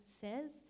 says